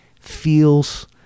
feels